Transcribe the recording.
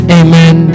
amen